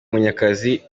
munyakazi